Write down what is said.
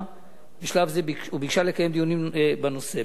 בשלב זה וביקשה לקיים דיונים בנושא.